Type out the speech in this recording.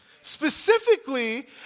Specifically